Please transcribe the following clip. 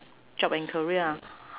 job and career ah